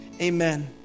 Amen